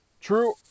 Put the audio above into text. True